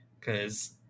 Cause